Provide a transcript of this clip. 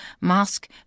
mask